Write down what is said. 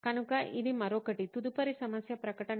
కనుక ఇది మరొకటి తదుపరి సమస్య ప్రకటన